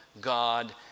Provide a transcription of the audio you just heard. God